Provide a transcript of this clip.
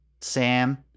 Sam